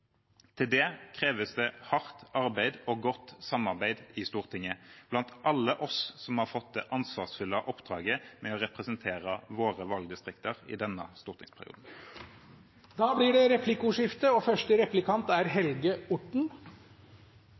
Til det kreves det hardt arbeid og godt samarbeid i Stortinget blant alle oss som har fått det ansvarsfulle oppdraget med å representere våre valgdistrikter i denne stortingsperioden. Det blir replikkordskifte.